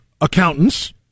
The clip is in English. accountants